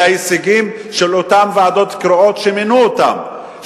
את ההישגים של אותן ועדות קרואות שמינו אותן,